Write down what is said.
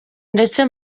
ndetse